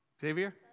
Xavier